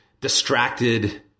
distracted